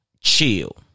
Chill